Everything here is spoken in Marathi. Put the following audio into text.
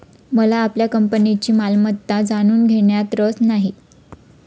मला आपल्या कंपनीची मालमत्ता जाणून घेण्यात रस नाही